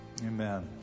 Amen